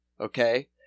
okay